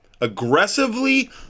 Aggressively